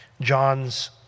John's